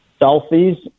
selfies